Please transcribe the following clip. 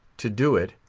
to do it,